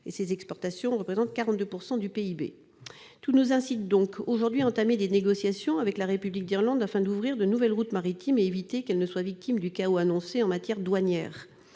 les exportations irlandaises représentent 42 % du PIB. Tout nous incite donc aujourd'hui à entamer des négociations avec la République d'Irlande afin d'ouvrir de nouvelles routes maritimes et éviter qu'elle ne soit victime du chaos annoncé en matière douanière.